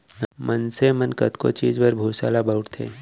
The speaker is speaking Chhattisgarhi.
मनसे मन कतको चीज बर भूसा ल बउरथे